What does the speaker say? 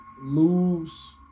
moves